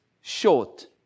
short